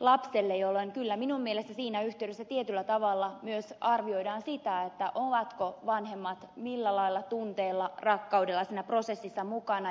lapselle jolloin kyllä minun mielestäni siinä yhteydessä tietyllä tavalla myös arvioidaan sitä ovatko vanhemmat millä lailla tunteella rakkaudella siinä prosessissa mukana